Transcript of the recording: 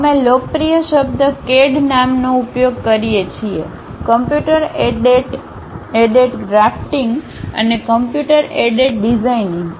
અમે લોકપ્રિય શબ્દ CAD નામનો ઉપયોગ કરીએ છીએ કમ્પ્યુટર એડેડ ડ્રાફ્ટિંગ અને કમ્પ્યુટર એડેડ ડિઝાઇનિંગ